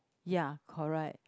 ya correct